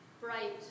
bright